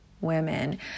women